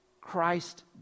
Christ